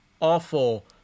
awful